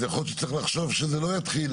אז יכול להיות שצריך לחשוב שזה לא יתחיל